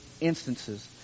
instances